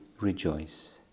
rejoice